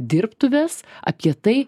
dirbtuves apie tai